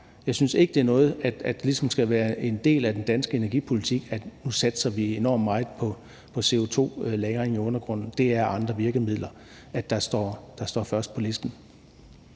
Jeg synes ikke, det skal være en del af den danske energipolitik, at vi nu satser enormt meget på CO2-lagring i undergrunden. Det er andre virkemidler, der står øverst på listen.